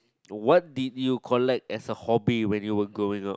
what did you collect as a hobby when you were growing up